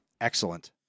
Excellent